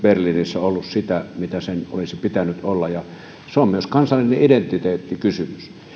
berliinissä ollut sitä mitä sen olisi pitänyt olla se on myös kansallinen identiteettikysymys